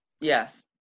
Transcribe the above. Yes